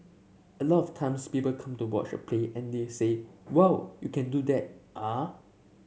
a lot of times people come to watch a play and they say whoa you can do that ah